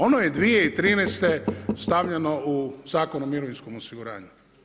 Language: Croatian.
Ono je 2013. stavljeno u Zakon o mirovinskom osiguranju.